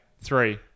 three